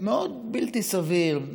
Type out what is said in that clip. מאוד בלתי סביר,